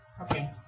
Okay